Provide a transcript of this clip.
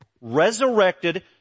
resurrected